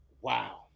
wow